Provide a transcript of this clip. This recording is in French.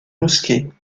mosquées